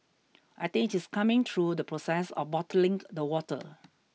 I think it's coming through the process of bottling the water